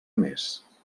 més